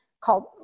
called